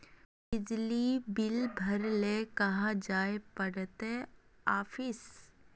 बिजली बिल भरे ले कहाँ जाय पड़ते ऑफिस?